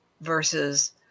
versus